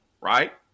right